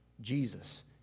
Jesus